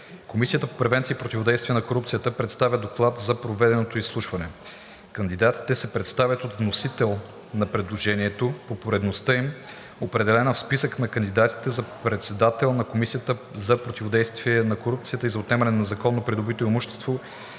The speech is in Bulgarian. Комисията по превенция и противодействие на корупцията представя доклад за проведеното изслушване. 3. Кандидатите се представят от вносител на предложението по поредността им, определена в списъка на кандидатите за председател на Комисията за противодействие на корупцията и за отнемане на незаконно придобитото имущество,